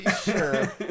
Sure